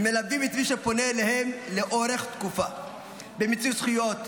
הם מלווים את מי שפונה אליהם לאורך תקופה: במיצוי זכויות,